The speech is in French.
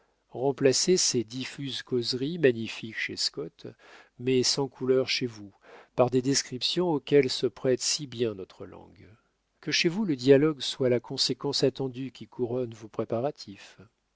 remplacez ces diffuses causeries magnifiques chez scott mais sans couleur chez vous par des descriptions auxquelles se prête si bien notre langue que chez vous le dialogue soit la conséquence attendue qui couronne vos préparatifs